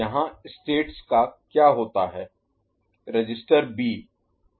यहां स्टेट्स का क्या होता है रजिस्टर बी